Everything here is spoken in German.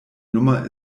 nummer